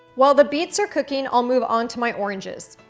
while the beets are cooking, i'll move onto my oranges.